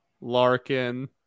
Larkin